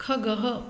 खगः